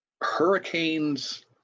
Hurricanes